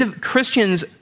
Christians